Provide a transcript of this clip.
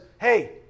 hey